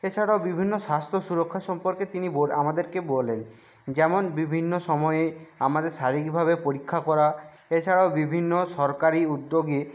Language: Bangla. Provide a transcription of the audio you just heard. এছাড়াও বিভিন্ন স্বাস্থ্য সুরক্ষা সম্পর্কে তিনি বল আমাদেরকে বলেন যেমন বিভিন্ন সময়ে আমাদের শারীরিকভাবে পরীক্ষা করা এ ছাড়াও বিভিন্ন সরকারি উদ্যোগে